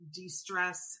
de-stress